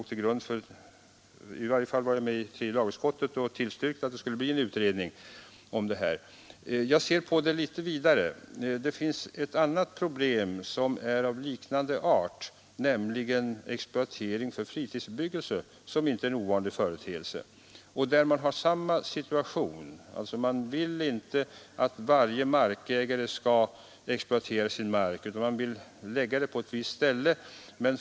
I varje fall var jag med i tredje lagutskottet och tillstyrkte att en utredning skulle tillsättas. Jag ser på det hela litet vidare, och vill nämna ett annat problem av liknande art, nämligen exploatering för fritidsbebyggelse, som är en inte ovanlig företeelse. Därvidlag råder samma situation: planerarna vill inte att varje markägare skall exploatera sin mark, utan de vill lägga fritidsbebyggelse på ett visst ställe.